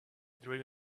dream